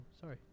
sorry